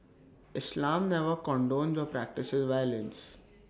islam never condones or practises violence